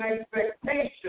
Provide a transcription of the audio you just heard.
expectation